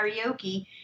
karaoke